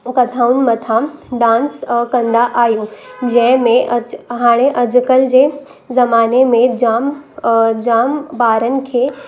कथाऊं मथां डांस कंदा आहियूं जंहिंमें अॼु हाणे अॼुकल्ह जे ज़माने में जाम जाम ॿारनि खे